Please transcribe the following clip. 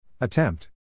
Attempt